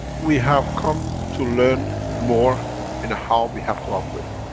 we have come to learn more in how we have to operate.